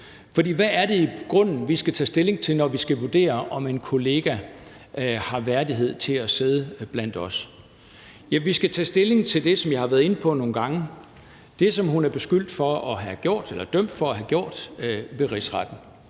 hvad er det i grunden, vi skal tage stilling til, når vi skal vurdere, om en kollega er værdig til at sidde blandt os? Ja, vi skal tage stilling til det, som jeg været inde på nogle gange: det, som hun er dømt ved rigsretten